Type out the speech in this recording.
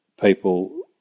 people